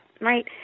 Right